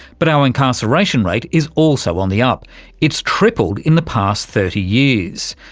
but our incarceration rate is also on the up it's tripled in the past thirty years.